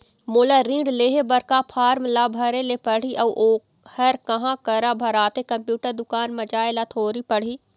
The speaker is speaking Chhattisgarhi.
मोला ऋण लेहे बर का फार्म ला भरे ले पड़ही अऊ ओहर कहा करा भराथे, कंप्यूटर दुकान मा जाए ला थोड़ी पड़ही?